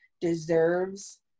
deserves